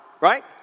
right